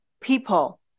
people